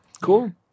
cool